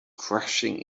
crashing